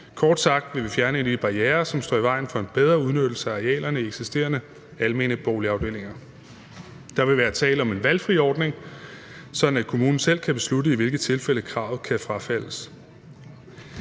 Kort sagt vil vi fjerne en af de barrierer, som står i vejen for en bedre udnyttelse af arealerne i eksisterende almene boligafdelinger. Der vil være tale om en valgfri ordning, sådan at kommunen selv kan beslutte, i hvilke tilfælde kravet kan frafaldes.